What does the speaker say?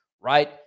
right